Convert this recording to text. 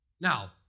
Now